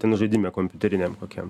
ten žaidime kompiuteriniam kokiam